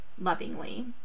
lovingly